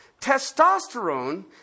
Testosterone